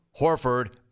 Horford